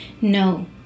No